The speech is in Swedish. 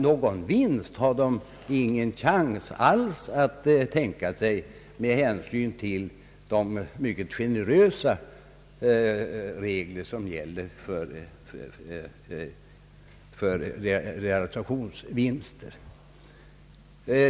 Någon vinst har dessa människor ingen chans att få med hänsyn till de mycket generösa regler som gäller för realisationsvinstbeskattningen.